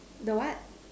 the what